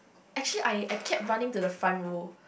actually I I kept running to the front row